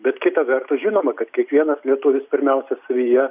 bet kita vertus žinoma kad kiekvienas lietuvis pirmiausia savyje